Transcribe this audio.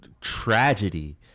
tragedy